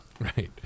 Right